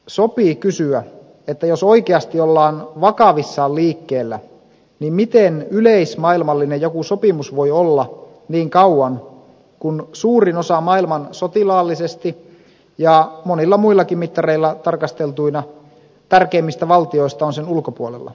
sopii kysyä että jos oikeasti ollaan vakavissaan liikkeellä niin miten mitään yleismaailmallista sopimusta voi olla niin kauan kuin suurin osa maailman sotilaallisesti ja monilla muillakin mittareilla tarkasteltuina tärkeimmistä valtioista on sen ulkopuolella